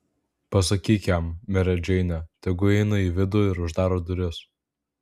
pasakyk jam mere džeine tegu eina į vidų ir uždaro duris